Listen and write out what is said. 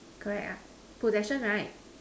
correct ah possession right